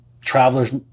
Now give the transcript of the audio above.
traveler's